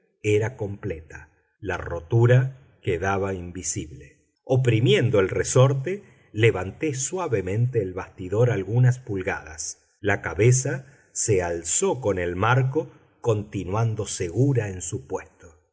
era completa la rotura quedaba invisible oprimiendo el resorte levanté suavemente el bastidor algunas pulgadas la cabeza se alzó con el marco continuando segura en su puesto